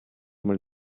mal